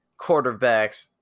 quarterbacks